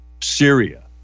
Syria